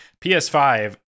PS5